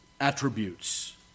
attributes